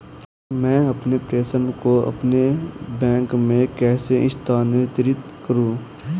मैं अपने प्रेषण को अपने बैंक में कैसे स्थानांतरित करूँ?